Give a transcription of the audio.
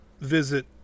visit